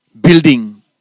building